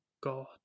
God